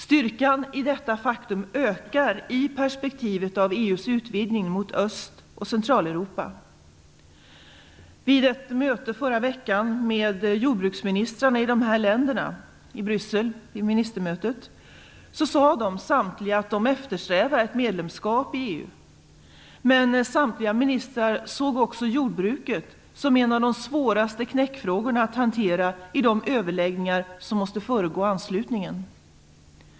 Styrkan i detta faktum ökar i perspektivet av EU:s utvidgning mot Öst och Centraleuropa. Vid ett möte i Bryssel i förra veckan med jordbruksministrarna i dessa länder sade samtliga av dem att de eftersträvar medlemskap i EU. Men samtliga ministrar såg också jordbruket som en av de svåraste knäckfrågorna att hantera i de överläggningar som måste föregå anslutningen.